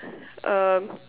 um